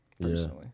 Personally